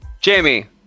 Jamie